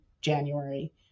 January